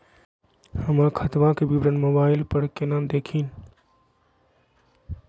हमर खतवा के विवरण मोबाईल पर केना देखिन?